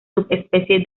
subespecie